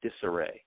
disarray